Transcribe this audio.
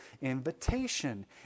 invitation